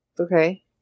Okay